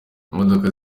imodoka